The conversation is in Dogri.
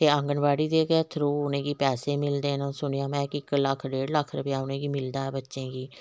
आंगनबाडी दे गै थरु उ'नें गी पैहे मिलदे न सुनेआ में कि इक लक्ख डेड लक्ख रपेऽ उ'नें गी मिलदा बच्चें गी